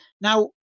now